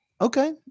Okay